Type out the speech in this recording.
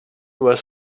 were